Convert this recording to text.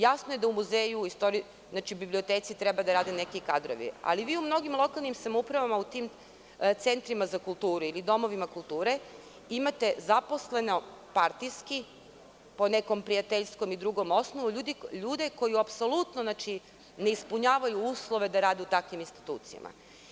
Jasno je da u muzeju, biblioteci, treba da rade neki kadrovi, ali, vi u mnogim lokalnim samoupravama, u tim centrima za kulturu ili u domovima kulture imate zaposlene partijski, po nekom prijateljstvu ili nekom drugom osnovu ljude koji apsolutno ne ispunjavaju uslove da rade u takvim institucijama.